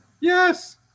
Yes